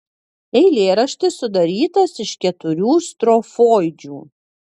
eilėraštis sudarytas iš keturių strofoidžių